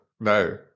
No